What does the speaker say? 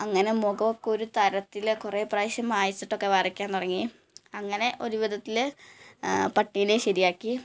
അങ്ങനെ മുഖം ഒക്കെ ഒരു തരത്തിൽ കുറേ പ്രാവശ്യം മായ്ചിട്ടൊക്കെ വരയ്ക്കാൻ തുടങ്ങി അങ്ങനെ ഒരു വിധത്തിൽ പട്ടീനെ ശരിയാക്കി